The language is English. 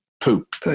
poop